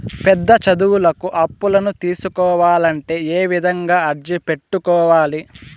పెద్ద చదువులకు అప్పులను తీసుకోవాలంటే ఏ విధంగా అర్జీ పెట్టుకోవాలి?